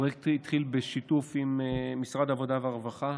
הפרויקט התחיל בשיתוף עם משרד העבודה והרווחה